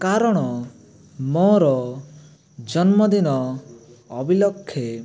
କାରଣ ମୋର ଜନ୍ମଦିନ ଅବିଲକ୍ଷେ